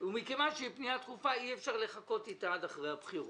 שאי אפשר לחכות איתה עד אחרי הבחירות.